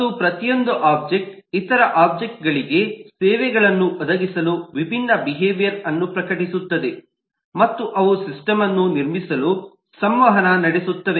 ಮತ್ತು ಪ್ರತಿಯೊಂದು ಒಬ್ಜೆಕ್ಟ್ ಇತರ ಒಬ್ಜೆಕ್ಟ್ಗಳಿಗೆ ಸೇವೆಗಳನ್ನು ಒದಗಿಸಲು ವಿಭಿನ್ನ ಬಿಹೇವಿಯರ್ಗಳನ್ನು ಪ್ರಕಟಿಸುತ್ತದೆ ಮತ್ತು ಅವು ಸಿಸ್ಟಮ್ ಅನ್ನು ನಿರ್ಮಿಸಲು ಸಂವಹನ ನಡೆಸುತ್ತವೆ